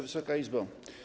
Wysoka Izbo!